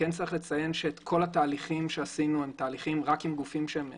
צריך לציין שכל התהליכים שעשינו הם תהליכים רק עם גופים שהם חוץ,